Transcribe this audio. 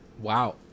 Wow